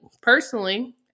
personally